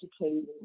educating